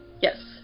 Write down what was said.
Yes